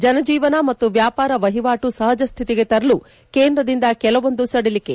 ಜನಜೀವನ ಮತ್ತು ವ್ಯಾಪಾರ ವಹಿವಾಟು ಸಹಜಸ್ತಿತಿಗೆ ತರಲು ಕೇಂದ್ರದಿಂದ ಕೆಲವೊಂದು ಸದಿಲಿಕೆ